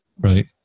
right